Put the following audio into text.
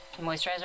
moisturizer